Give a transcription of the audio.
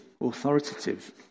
authoritative